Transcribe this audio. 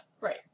Right